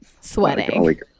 Sweating